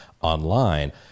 online